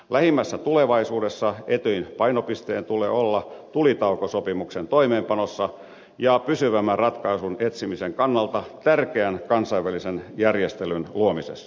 lähimmässä tulevaisuudessa etyjin painopisteen tulee olla tulitaukosopimuksen toimeenpanossa ja pysyvämmän ratkaisun etsimisen kannalta tärkeän kansainvälisen järjestelyn luomisessa